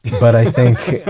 but i think,